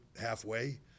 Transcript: halfway